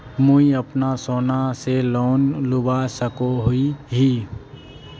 मुई अपना सोना से लोन लुबा सकोहो ही?